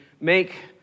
make